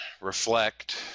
reflect